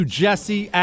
jesse